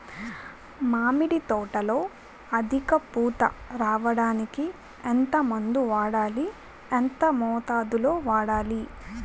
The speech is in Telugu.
మామిడి తోటలో అధిక పూత రావడానికి ఎంత మందు వాడాలి? ఎంత మోతాదు లో వాడాలి?